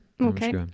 Okay